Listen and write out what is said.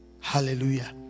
hallelujah